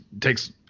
takes